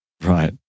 Right